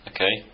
Okay